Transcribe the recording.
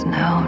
no